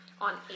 on